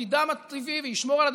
לתפקידם הטבעי,